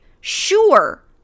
sure